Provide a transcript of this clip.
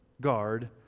guard